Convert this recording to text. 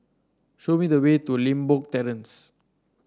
show me the way to Limbok Terrace